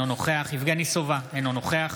אינו נוכח יבגני סובה, אינו נוכח